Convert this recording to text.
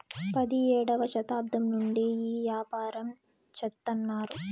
పడియేడవ శతాబ్దం నుండి ఈ యాపారం చెత్తన్నారు